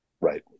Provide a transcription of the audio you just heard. right